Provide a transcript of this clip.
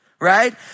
right